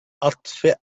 أطفأ